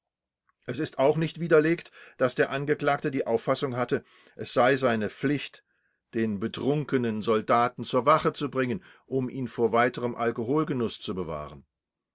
es ist auch nicht widerlegt daß der angeklagte die auffassung hatte es sei seine pflicht den betrunkenen soldaten zur wache zu bringen um ihn vor weiterem alkoholgenuß zu bewahren